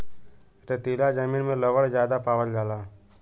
रेतीला जमीन में लवण ज्यादा पावल जाला